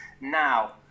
now